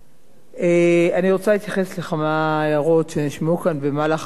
אני רוצה להתייחס לכמה הערות שנשמעו כאן במהלך הדיון,